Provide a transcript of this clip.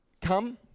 Come